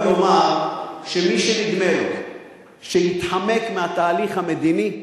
לבוא ולומר שמי שנדמה לו שיתחמק מהתהליך המדיני,